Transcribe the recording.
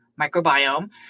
microbiome